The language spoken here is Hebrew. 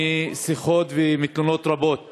משיחות ומתלונות רבות